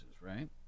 right